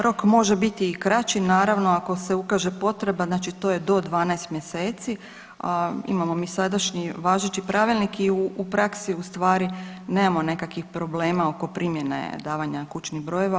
Rok može biti i kraći naravno ako se ukaže potreba, znači to je do 12 mjeseci, a imamo mi sadašnji važeći pravilnik i u praksi u stvari nemamo nekakvih problema oko primjene davanja kućnih brojeva.